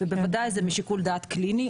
ובוודאי משיקול דעת קליני,